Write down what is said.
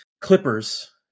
clippers